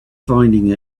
finding